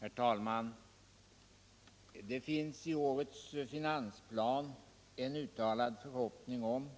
Herr talman! Det finns i årets finansplan en uttalad förhoppning om